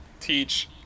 teach